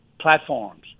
platforms